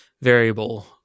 variable